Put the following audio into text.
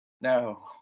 No